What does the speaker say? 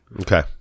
Okay